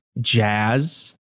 jazz